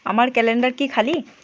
আমার ক্যালেন্ডার কি খালি